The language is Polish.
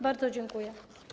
Bardzo dziękuję.